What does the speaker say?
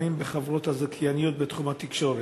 לצרכנים בחברות הזכייניות בתחום התקשורת.